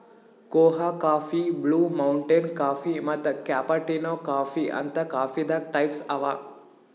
ಕೋಆ coffee, blue mountain coffee ಮತ್ತ್ cappuccino coffee ಅಂತ್ ಕಾಫೀದಾಗ್ ಟೈಪ್ಸ್ ಅವಾ